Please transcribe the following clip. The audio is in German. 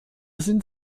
sind